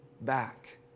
back